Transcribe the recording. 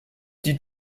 die